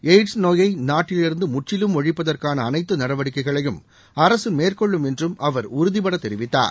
AIDS நோயை நாட்டிலிருந்து முற்றிலும் ஒழிப்பதற்கான அனைத்து நடவடிக்கைகளையும் அரசு மேற்கொள்ளும் என்றும் அவர் உறுதிப்பட தெரிவித்தார்